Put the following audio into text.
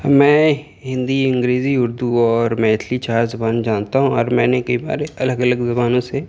میں ہندی انگریزی اردو اور میتھلی چار زبان جانتا ہوں اور میں نے کئی بار الگ الگ زبانوں سے